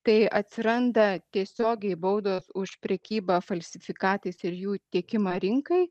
tai atsiranda tiesiogiai baudos už prekybą falsifikatais ir jų tiekimą rinkai